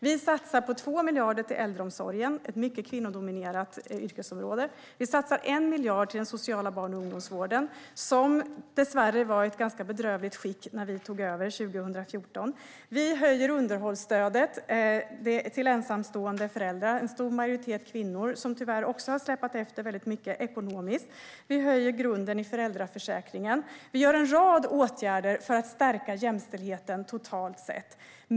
Vi satsar 2 miljarder på äldreomsorgen. Det är ett mycket kvinnodominerat yrkesområde. Vi satsar 1 miljard till den sociala barn och ungdomsvården. Den var dessvärre i ett bedrövligt skick när vi tog över 2014. Vi höjer underhållsstödet till ensamstående föräldrar - en stor majoritet kvinnor, som tyvärr också har släpat efter mycket ekonomiskt. Vi höjer grunden i föräldraförsäkringen. Vi vidtar en rad åtgärder för att stärka jämställdheten totalt sett.